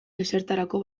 ezertarako